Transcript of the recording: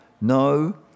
No